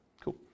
Cool